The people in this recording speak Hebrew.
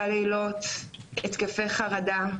בלילות יש לנו התקפי חרדה.